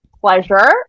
pleasure